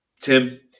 Tim